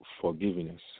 forgiveness